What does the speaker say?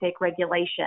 regulation